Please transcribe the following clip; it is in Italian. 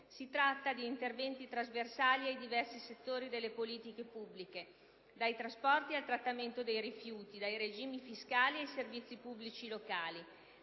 Si tratta di interventi trasversali ai diversi settori delle politiche pubbliche, dai trasporti al trattamento dei rifiuti, dai regimi fiscali ai servizi pubblici locali.